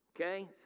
Okay